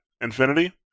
infinity